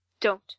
Don't